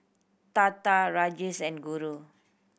Tata Rajesh and Guru